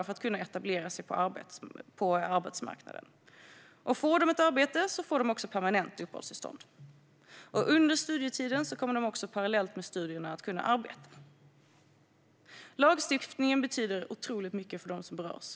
att etablera sig på arbetsmarknaden. Får de ett arbete får de också permanent uppehållstillstånd, och under studietiden kommer de att kunna arbeta parallellt med studierna. Lagstiftningen betyder otroligt mycket för dem som berörs.